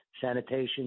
sanitation